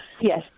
Yes